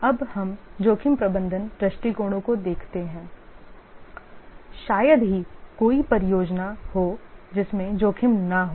अब हम जोखिम प्रबंधन दृष्टिकोणों को देखते हैं शायद ही कोई परियोजना हो जिसमें जोखिम न हो